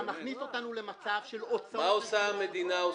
אתה מכניס אותנו למצב של הוצאות --- מה המדינה עושה,